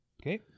Okay